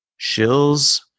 shills